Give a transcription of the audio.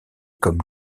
comme